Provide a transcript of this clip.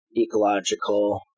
ecological